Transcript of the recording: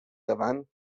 davant